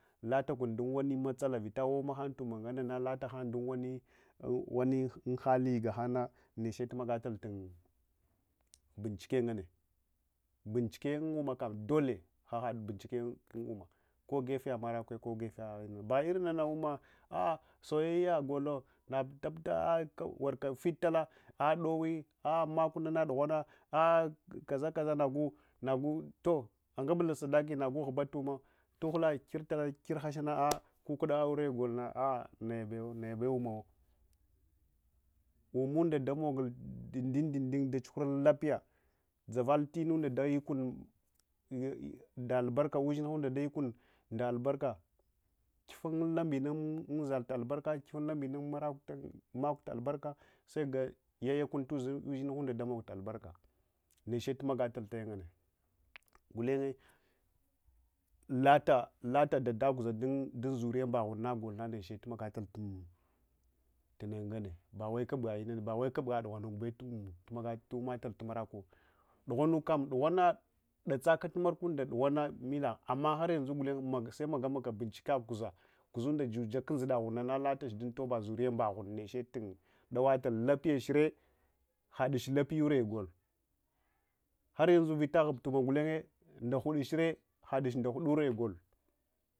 Latakun dunwani matsala vitawawumahan ummu ngannena natahan dun wani hali gahan nah niche tumagatal benchike nganne benchike un-un makam dole hahad benchike un-ummak ko-ingifeya marakwe ko ungifeya zall irun nana umma soyayyo go ina naputa warka fit tala ali dowi au’ makunana dughuwana kazakaza nagu toh, ungulbala sadaki ahuba tumma girtala girhahana kukuɗa aure golna a’a, naya bewa nayabe ummawah, ummunda damogul dundundun dachuhurul lapya dzavatinunda dayukun nda albarka, dzuhur lunmbenun uzan dalubarka tu kufunlun benun maraktu albarka seaga yayakun ushinhunda damogtu albarka niche tumagatal tu’ inena gulenye laka dadaguz dunzuniyun baghunne naneche tumagatap tiinana nganne bawai tubga dughwanuk bewa tumatul tumarakuwa dughwanuk-kam dughwanga dadsaka tumarkunda ndughuwana melah amma haryanzu gulenye semagamagaka benchike guza, guzunda fuja kandzuda tunduna lakache tundoba zuriyun mbaghunne, dawatal labyachre haduch kpiyure gol, haryanzu vita hubtunia gulenye, nda ghuchire ko had ndaghudure gol.